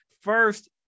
First